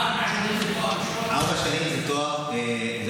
ארבע שנים זה תואר ראשון?